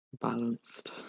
Balanced